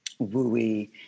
wooey